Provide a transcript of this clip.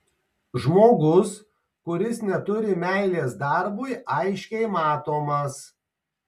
žmogus kuris neturi meilės darbui aiškiai matomas